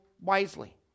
wisely